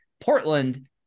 Portland